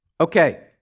Okay